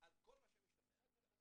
על כל מה שמשתמע מכך.